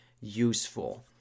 useful